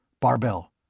Barbell